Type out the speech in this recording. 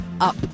up